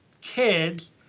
kids